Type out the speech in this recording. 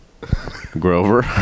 Grover